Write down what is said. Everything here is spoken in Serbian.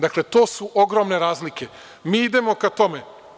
Dakle, to su ogromne razlike, mi idemo ka tome.